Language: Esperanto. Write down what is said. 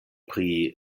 pri